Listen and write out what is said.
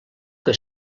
que